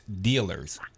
dealers